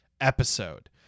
episode